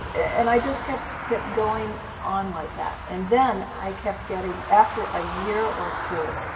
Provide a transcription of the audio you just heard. and i just kept kept going on like that. and then i kept getting, after a year or two,